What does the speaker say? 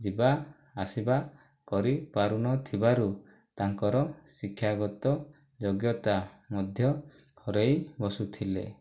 ଯିବାଆସିବା କରି ପାରୁନଥିବାରୁ ତାଙ୍କର ଶିକ୍ଷାଗତ ଯୋଗ୍ୟତା ମଧ୍ୟ ହରେଇ ବସୁଥିଲେ